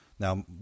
Now